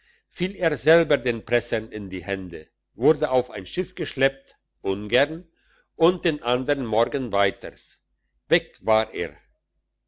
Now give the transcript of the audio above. fiel er selber den pressern in die hände wurde auf ein schiff geschleppt ungern und den andern morgen weiters weg war er